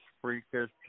freakish